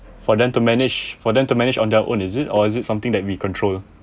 for them to manage for them to manage on their own is it or is it something that we control